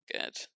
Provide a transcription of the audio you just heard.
good